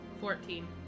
Fourteen